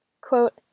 Quote